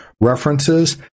references